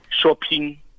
shopping